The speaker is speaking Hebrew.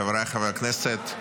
חבריי חברי הכנסת,